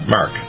Mark